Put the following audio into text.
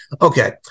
okay